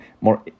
more